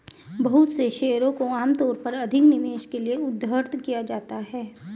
बहुत से शेयरों को आमतौर पर अधिक निवेश के लिये उद्धृत किया जाता है